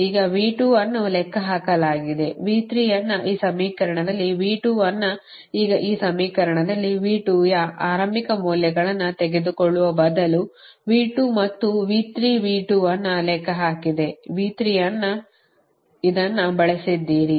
ಈಗ V2 ಅನ್ನು ಲೆಕ್ಕಹಾಕಲಾಗಿದೆ V3 ಅನ್ನು ಈ ಸಮೀಕರಣದಲ್ಲಿ V2 ಅನ್ನು ಈಗ ಈ ಸಮೀಕರಣದಲ್ಲಿ V2 ಯ ಆರಂಭಿಕ ಮೌಲ್ಯಗಳನ್ನು ತೆಗೆದುಕೊಳ್ಳುವ ಬದಲು V2 ಮತ್ತು V3 V2 ಅನ್ನು ಲೆಕ್ಕಹಾಕಿದೆ V3 ಅನ್ನು ಇದನ್ನು ಬಳಸಿದ್ದೀರಿ